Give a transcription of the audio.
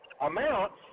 amounts